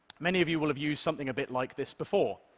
many of you will have used something a bit like this before.